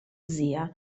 zia